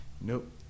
Nope